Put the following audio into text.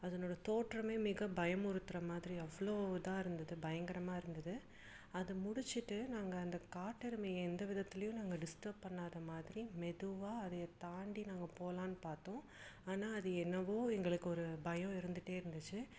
அதனோடய தோற்றமே மிக பயமுறுத்துகிற மாதிரி அவ்வளோ இதாக இருந்தது பயங்கரமாக இருந்தது அதை முடிச்சிகிட்டு நாங்கள் அந்த காட்டெருமையை எந்த விதத்துலேயும் நாங்கள் டிஸ்டர்ப் பண்ணாத மாதிரி மெதுவாக அதை தாண்டி நாங்கள் போகலான்னு பார்த்தோம் ஆனால் அது என்னவோ எங்களுக்கு ஒரு பயம் இருந்துகிட்டே இருந்துச்சு